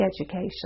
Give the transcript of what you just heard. education